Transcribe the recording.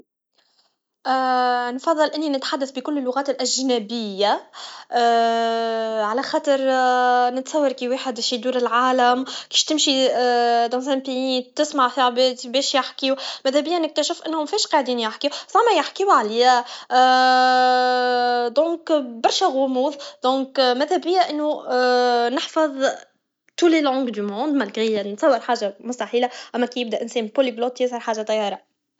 اا نفصل اني نتحدث بكل اللغات الاجنبيه على خاطر نتصور لواحد كيش يدور العالم باش تمشي دن زان بيي تسمع فلعباد باش يحكيو مذابيا كان نكتشف فاش قاعدين يحكيو زعمه يحكيو عليا دونك برشه غموض دونك مذابيا انو نحفظ تو لي لنج دي موند ملجغي نتثور بلي حاجه مستحيله اما كي يبدا الانسان بوليجلوت يهز الحاجه طياره